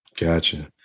Gotcha